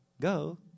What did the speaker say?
go